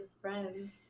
friends